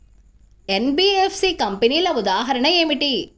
NBFC కంపెనీల ఉదాహరణ ఏమిటి?